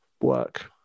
work